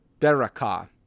Beraka